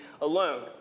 alone